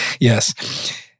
yes